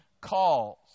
calls